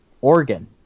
Oregon